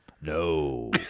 No